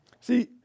See